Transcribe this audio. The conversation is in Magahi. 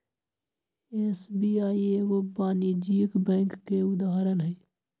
एस.बी.आई एगो वाणिज्यिक बैंक के उदाहरण हइ